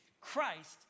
Christ